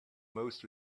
most